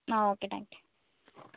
ആ okay thank you